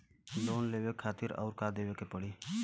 Loan लेवे खातिर अउर का देवे के पड़ी?